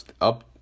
up